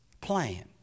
plan